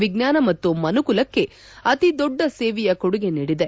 ವಿಜ್ಞಾನ ಮತ್ತು ಮನುಕುಲಕ್ಕೆ ಅತಿ ದೊಡ್ಡ ಸೇವೆಯ ಕೊಡುಗೆ ನೀಡಿದೆ